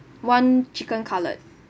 one chicken cutlet